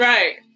Right